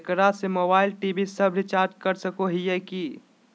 एकरा से mobile TV सब रिचार्ज कर सको हियै की?